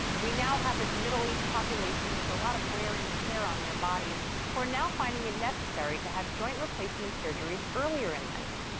we now have this middle-aged population with a lot of wear and tear on their bodies who are now finding it necessary to have joint replacement surgeries earlier in life.